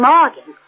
Morgan